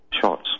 shots